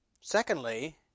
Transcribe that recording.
Secondly